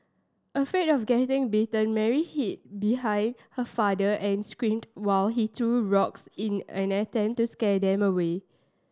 afraid of getting bitten Mary hid behind her father and screamed while he threw rocks in an attempt to scare them away